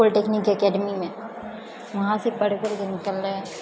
polytechnic अकेडमीमे वहाँसँ पढ़ करके निकलै हैं